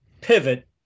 pivot